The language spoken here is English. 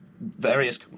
various